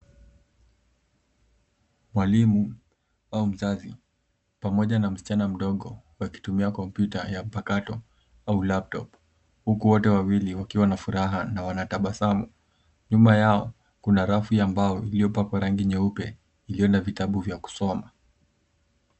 Mwalimu au mzazi pamoja na msichana mdogo wakitumia kompyuta ya mpakato au laptop ,huku wote wawili wakiwa na furaha, na wanatabasamu. Nyuma yao kuna rafu ya mbao iliyopakwa rangi nyeupe, iliyo na vitabu vya kusoma.